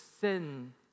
sin